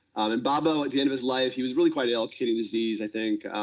and bobo, at the end of his life, he was really quite ill, kidney disease, i think.